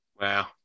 Wow